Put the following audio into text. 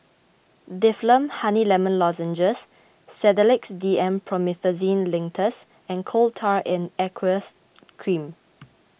Difflam Honey Lemon Lozenges Sedilix D M Promethazine Linctus and Coal Tar in Aqueous Cream